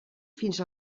fins